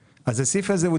לפעמים הם גרים,